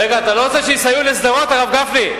רגע, אתה לא רוצה שיסייעו לשדרות, הרב גפני?